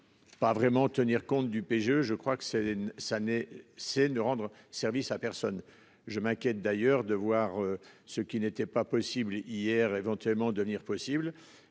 Pas vraiment tenir compte du PGE. Je crois que c'est ça n'est c'est ne rendre service à personne. Je m'inquiète d'ailleurs de voir ce qui n'était pas possible hier éventuellement devenir possible,